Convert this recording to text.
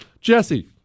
Jesse